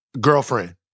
Girlfriend